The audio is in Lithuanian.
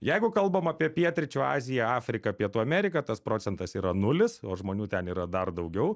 jeigu kalbam apie pietryčių aziją afriką pietų ameriką tas procentas yra nulis o žmonių ten yra dar daugiau